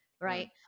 right